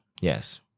Yes